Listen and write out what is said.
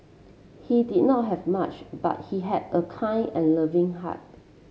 he did not have much but he had a kind and loving heart